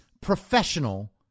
professional